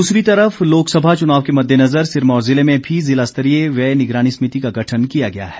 दूसरी तरफ लोकसभा चुनाव के मध्येनज़र सिरमौर ज़िले में भी ज़िलास्तरीय व्यय निगरानी समिति का गठन किया गया है